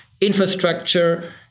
infrastructure